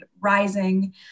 Rising